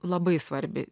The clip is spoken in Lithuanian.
labai svarbi